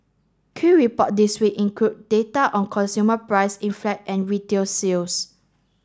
key report this week include data on consumer price and retail sales